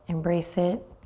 embrace it